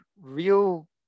real